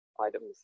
items